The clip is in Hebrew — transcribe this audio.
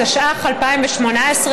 התשע"ח 2018,